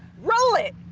roll it.